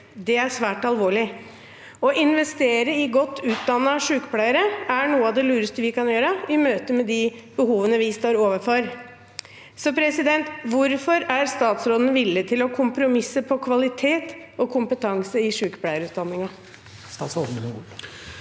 Det er svært alvorlig. Å investere i godt utdannede sykepleiere er noe av det lureste vi kan gjøre i møte med de behovene vi står overfor. Hvorfor er statsråden villig til å kompromisse på kvalitet og kompetanse i sykepleierutdanningen? Statsråd